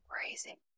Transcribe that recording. crazy